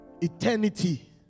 Eternity